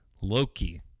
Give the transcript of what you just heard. Loki